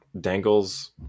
Dangle's